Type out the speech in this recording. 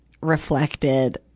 reflected